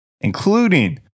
including